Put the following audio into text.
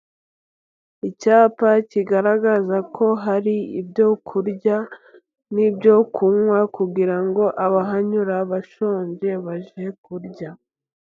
Icyapa kigaragaza ko hari ibyo kurya n'ibyo kunywa, kugira ngo abahanyura bashonje bajye kurya.